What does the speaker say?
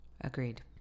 agreed